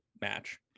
match